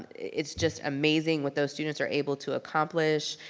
it's just amazing what those students are able to accomplish.